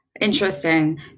Interesting